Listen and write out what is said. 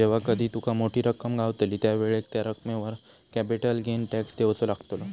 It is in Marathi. जेव्हा कधी तुका मोठी रक्कम गावतली त्यावेळेक त्या रकमेवर कॅपिटल गेन टॅक्स देवचो लागतलो